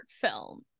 film